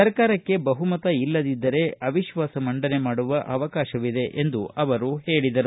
ಸರ್ಕಾರಕ್ಕೆ ಬಹುಮತ ಇಲ್ಲದಿದ್ದರೆ ಅವಿಶ್ವಾಸ ಮಂಡನೆ ಮಾಡುವ ಅವಕಾಶವಿದೆ ಎಂದು ಅವರು ಹೇಳಿದರು